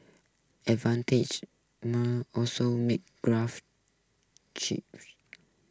also makes graphics chips